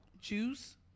Juice